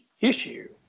issue